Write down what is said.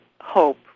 hope